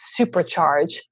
supercharge